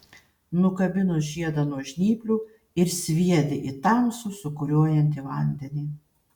nukabino žiedą nuo žnyplių ir sviedė į tamsų sūkuriuojantį vandenį